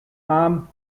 palm